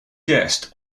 guest